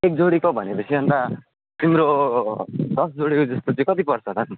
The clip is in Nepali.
एक जोडीको भनेपछि अन्त तिम्रो दस जोडीको जस्तो चाहिँ कति पर्छ होला